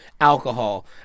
alcohol